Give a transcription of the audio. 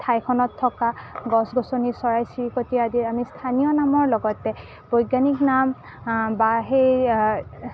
ঠাইখনত থকা গছ গছনি চৰাই চিৰিকতি আদি আমি স্থানীয় নামৰ লগতে বৈজ্ঞানিক নাম বা সেই